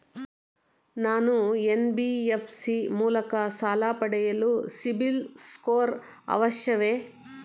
ನಾನು ಎನ್.ಬಿ.ಎಫ್.ಸಿ ಮೂಲಕ ಸಾಲ ಪಡೆಯಲು ಸಿಬಿಲ್ ಸ್ಕೋರ್ ಅವಶ್ಯವೇ?